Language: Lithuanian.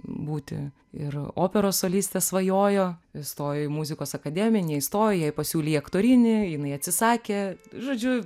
būti ir operos solistė svajojo stojo į muzikos akademiją neįstojo jai pasiūlė į aktorinį jinai atsisakė žodžiu